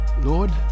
Lord